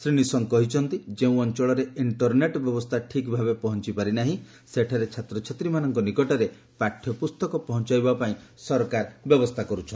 ଶ୍ରୀ ନିଶଙ୍କ କହିଛନ୍ତି ଯେଉଁ ଅଞ୍ଚଳରେ ଇଷ୍ଟରନେଟ୍ ବ୍ୟବସ୍ଥା ଠିକ୍ ଭାବେ ପହଞ୍ଚ ପାରିନାହିଁ ସେଠାରେ ଛାତ୍ରଛାତ୍ରୀମାନଙ୍କ ନିକଟରେ ପାଠ୍ୟପୁସ୍ତକ ପହଞ୍ଚାଇବା ପାଇଁ ସରକାର ବ୍ୟବସ୍ଥା କରୁଛନ୍ତି